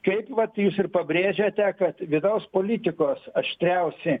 kaip vat jūs ir pabrėžėte kad vidaus politikos aštriausi